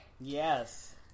Yes